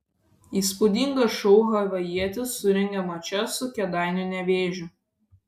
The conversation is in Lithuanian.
įspūdingą šou havajietis surengė mače su kėdainių nevėžiu